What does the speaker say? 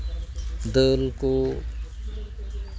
ᱫᱟᱹᱞ ᱠᱚ